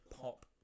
pop